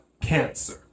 Cancer